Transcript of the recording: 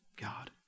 God